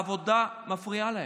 העבודה מפריעה להם.